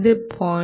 ഇത് 0